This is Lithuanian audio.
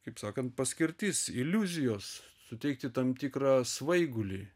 kaip sakant paskirtis iliuzijos suteikti tam tikrą svaigulį